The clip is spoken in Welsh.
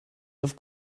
wrth